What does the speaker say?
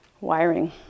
wiring